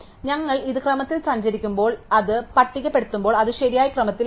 ഞങ്ങൾ ഇത് ക്രമത്തിൽ സഞ്ചരിക്കുമ്പോൾ ഞങ്ങൾ അത് പട്ടികപ്പെടുത്തുമ്പോൾ അത് ശരിയായ ക്രമത്തിലായിരിക്കും